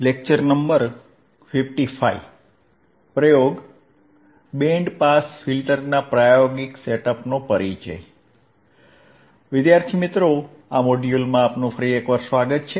પ્રયોગ band pass ફીલ્ટરના પ્રાયોગિક સેટ અપનો પરિચય આ મોડ્યુલમાં આપનું સ્વાગત છે